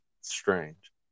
Strange